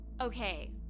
Okay